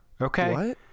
okay